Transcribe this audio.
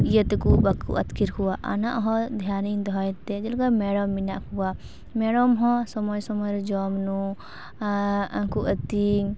ᱤᱭᱟᱹ ᱛᱮᱠᱩ ᱵᱟᱠᱚ ᱟᱹᱛᱠᱤᱨ ᱠᱚᱣᱟ ᱚᱱᱟᱦᱚᱸ ᱫᱷᱮᱭᱟᱱᱤᱧ ᱫᱚᱦᱚᱭ ᱛᱮ ᱡᱮᱞᱮᱠᱟ ᱢᱮᱨᱚᱢ ᱢᱮᱱᱟᱜ ᱠᱚᱣᱟ ᱢᱮᱨᱚᱢ ᱦᱚᱸ ᱥᱳᱢᱳᱭ ᱨᱮ ᱡᱚᱢ ᱧᱩ ᱩᱱᱠᱩ ᱟᱹᱛᱤᱧ